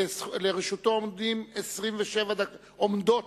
שלרשותו עומדות